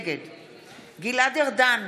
נגד גלעד ארדן,